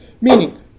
Meaning